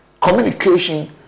communication